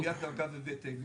הם